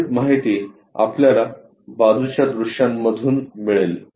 उर्वरित माहिती आपल्याला बाजूच्या दृश्यांमधून मिळेल